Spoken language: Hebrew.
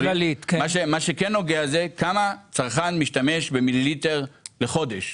מה שכן נוגע זה כמה צרכן משתמש במיליליטר לחודש.